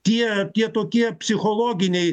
tie tie tokie psichologiniai